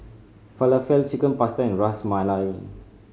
Falafel Chicken Pasta and Ras Malai